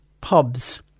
pubs